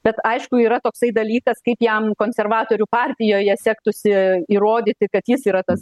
bet aišku yra toksai dalykas kaip jam konservatorių partijoje sektųsi įrodyti kad jis yra tas